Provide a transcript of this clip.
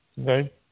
okay